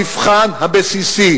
במבחן הבסיסי